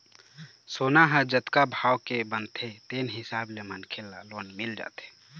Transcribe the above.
सोना ह जतका भाव के बनथे तेन हिसाब ले मनखे ल लोन मिल जाथे